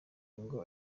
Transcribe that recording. ngo